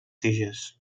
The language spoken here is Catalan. tiges